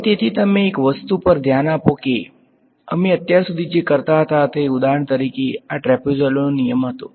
હવે તેથી તમે એક વસ્તુ પર ધ્યાન આપો કે અમે અત્યાર સુધી જે કરતા હતા તે ઉદાહરણ તરીકે આ ટ્રેપેઝોઇડલ નિયમ હતો